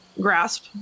grasp